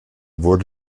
wurde